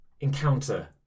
encounter